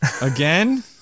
Again